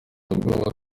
ubwoba